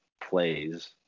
plays